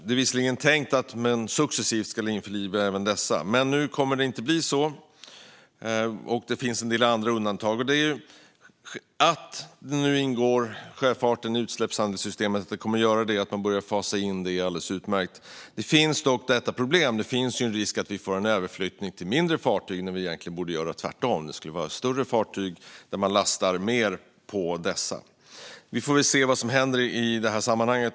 Det är visserligen tänkt att även dessa successivt ska införlivas. Men det kommer inte att bli så nu, och det finns en del andra undantag. Att man nu börjar fasa in sjöfarten i utsläppshandelssystemet är alldeles utmärkt, men det finns alltså problem. Det finns ju en risk att vi får en överflyttning till mindre fartyg, när man egentligen borde göra tvärtom. Det borde i stället vara större fartyg där man lastar på mer. Vi får väl se vad som händer i sammanhanget.